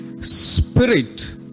Spirit